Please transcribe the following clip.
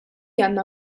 għandna